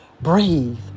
breathe